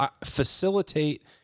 facilitate